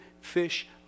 fish